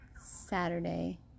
Saturday